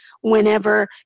Whenever